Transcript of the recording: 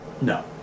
No